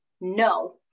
no